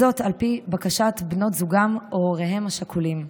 על פי בקשת בנות זוגם או הוריהם השכולים.